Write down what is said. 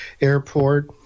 airport